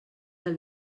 del